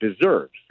deserves